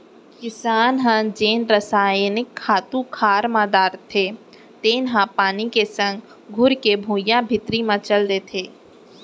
किसान ह जेन रसायनिक खातू खार म डारथे तेन ह पानी के संग घुरके भुइयां भीतरी म चल देथे